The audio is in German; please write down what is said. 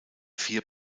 vier